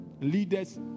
Leaders